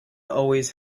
always